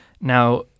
Now